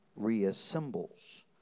reassembles